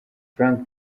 frank